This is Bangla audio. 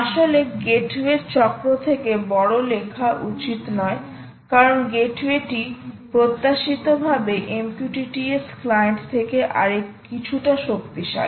আসলে গেটওয়ের চক্র থেকে বড় লেখা উচিত নয় কারণ গেটওয়েটি প্রত্যাশিতভাবে MQTT S ক্লায়েন্ট থেকে আর কিছুটা শক্তিশালী